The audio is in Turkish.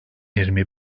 yirmi